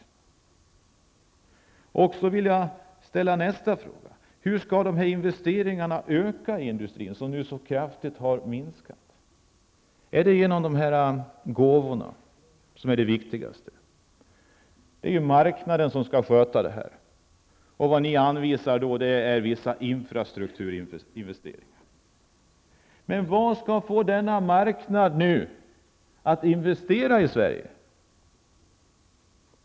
Jag vill ställa ytterligare en fråga. Hur skall de investeringar som så kraftigt har minskat kunna öka i industrin? Är det genom dessa gåvor, som är det viktigaste? Det är marknaden som skall sköta det här. Ni anvisar vissa infrastrukturinvesteringar. Men vad skall få marknaden att investera i Sverige?